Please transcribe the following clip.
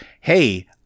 hey –